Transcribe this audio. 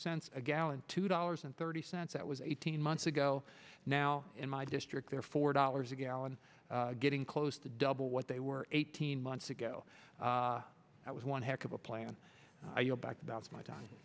cents a gallon two dollars and thirty cents that was eighteen months ago now in my district they're four dollars a gallon getting close to double what they were eighteen months ago that was one heck of a plan you know back about my time